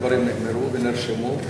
הדברים נאמרו ונרשמו,